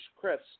Chris